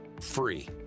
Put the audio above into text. free